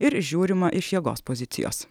ir žiūrima iš jėgos pozicijos